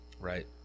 Right